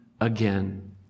again